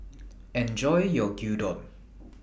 Enjoy your Gyudon